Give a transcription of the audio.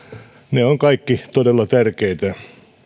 ne ovat kaikki todella tärkeitä